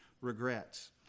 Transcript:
regrets